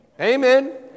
Amen